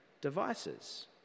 devices